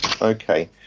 Okay